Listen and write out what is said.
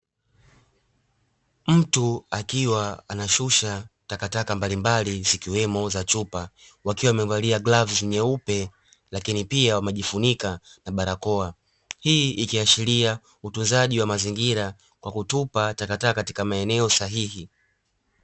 Mtu akiwa anashusha takataka mbalimbali, zikiwemo za chupa, wakiwa wamevalia glavu nyeupe, lakini pia wamejifunika na barakoa. Hii ikiashiria utunzaji wa mazingira kwa kutupa takataka katika maeneo sahihi.